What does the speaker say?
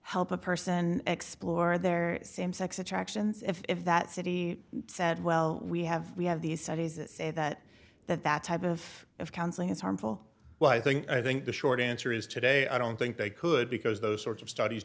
help a person explore their same sex attractions if that city said well we have we have these studies that say that that that type of of counseling is harmful well i think i think the short answer is today i don't think they could because those sorts of studies